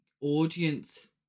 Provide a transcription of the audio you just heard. audience